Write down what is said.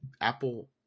Apple